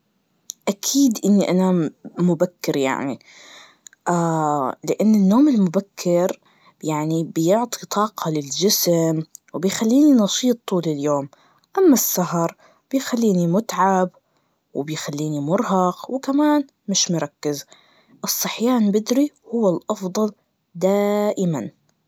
أكيد إني أنام مبكر ييعني, لأن النوم المبكر يعني بيعطي طقة للجسم, وبيخليني نشيط طول اليوم, أما السهر بيخلليني متعب, وبيخليني مرهق, وكمان مش مركز, الصحيان بدري هو الأفضل دائماً.